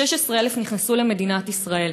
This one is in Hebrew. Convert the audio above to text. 16,000 נכנסו למדינת ישראל.